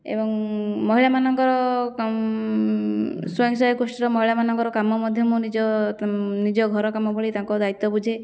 ଏବଂ ମହିଳାମାନଙ୍କର ସ୍ୱୟଂସହାୟକ ଗୋଷ୍ଠୀର ମହିଳାମାନଙ୍କର କାମ ମଧ୍ୟ ମୁଁ ନିଜ ନିଜ ଘର କାମ ଭଳି ତାଙ୍କ ଦାୟିତ୍ଵ ବୁଝେ